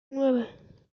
nueve